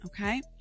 Okay